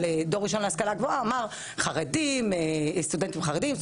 על דור ראשון להשכלה גבוהה ואמר סטודנטים חרדים,